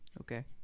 okay